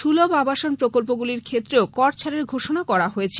সুলভ আবাসন প্রকল্পগুলির ক্ষেত্রেও কর ছাড়ের ঘোষণা করা হয়েছে